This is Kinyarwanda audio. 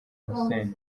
hussein